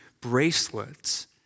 bracelets